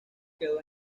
quedó